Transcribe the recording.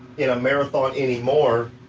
in a marathon anymore,